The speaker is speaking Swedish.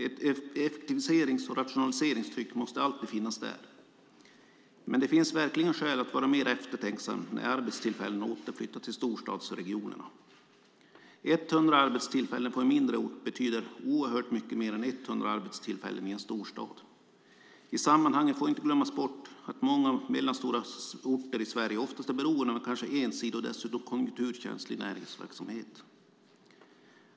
Ett effektiviserings och rationaliseringstryck måste alltid finnas där, men det finns verkligen skäl att vara mer eftertänksam när arbetstillfällen återflyttas till storstadsregionerna. Hundra arbetstillfällen på en mindre ort betyder oerhört mycket mer än hundra arbetstillfällen i en storstad. I sammanhanget får inte glömmas bort att många mellanstora orter i Sverige oftast är beroende av en kanske ensidig och dessutom konjunkturkänslig näringsverksamhet.